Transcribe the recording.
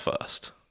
first